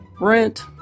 Rent